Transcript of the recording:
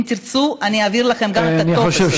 אם תרצו, אני אעביר לכם גם את הטופס הזה.